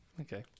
Okay